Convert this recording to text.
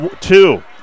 two